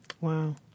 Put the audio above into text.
Wow